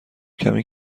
کمی